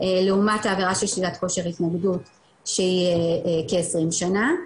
לעומת של שלילת כושר התנגדות שהיא כ-20 שנה,